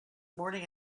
morning